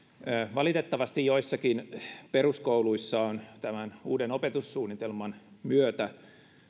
valitettavasti joissakin peruskouluissa on tämän uuden opetussuunnitelman myötä